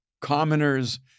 commoners